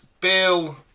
Bill